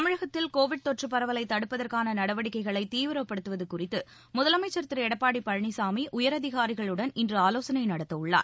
தமிழகத்தில் கோவிட் தொற்று பரவலைத் தடுப்பதற்கான நடவடிக்கைகளை தீவிரப்படுத்துவது குறித்து முதலமைச்சர் திரு எடப்பாடி பழனிசாமி உயர் அதிகாரிகளுடன் இன்று ஆலேசனை நடத்த உள்ளார்